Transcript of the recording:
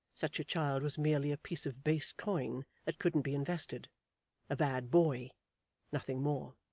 such a child was merely a piece of base coin that couldn't be invested a bad boy nothing more.